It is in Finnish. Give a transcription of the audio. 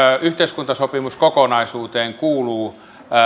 yhteiskuntasopimuskokonaisuuteen kuuluu